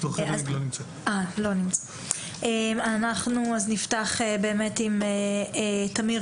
אנחנו נפתח עם תמיר